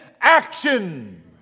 action